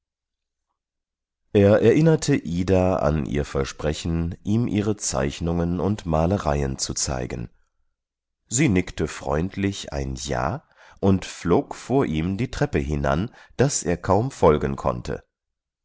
er erinnerte ida an ihr versprechen ihm ihre zeichnungen und malereien zu zeigen sie nickte freundlich ein ja und flog vor ihm die treppe hinan daß er kaum folgen konnte